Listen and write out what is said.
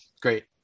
Great